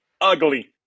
ugly